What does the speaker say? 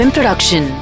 Production